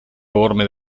orme